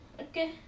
Okay